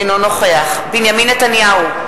אינו נוכח בנימין נתניהו,